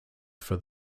for